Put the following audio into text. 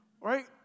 Right